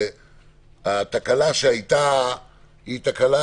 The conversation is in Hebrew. התקלה שהיתה היא תקלה